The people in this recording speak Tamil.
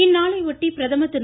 இந்நாளையொட்டி பிரதமர் திரு